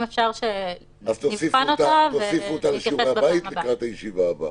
אם אפשר שנבחן אותה ונתייחס בישיבה הבאה.